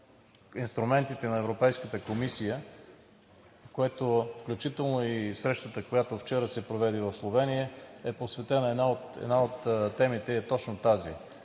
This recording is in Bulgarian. с инструментите на Европейската комисия, включително и срещата, която вчера се проведе в Словения е посветена и една от темите ѝ е точно тази